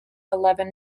eleven